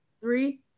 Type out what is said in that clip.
Three